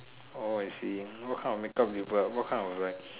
orh I see what kind of make-up you put what kind of like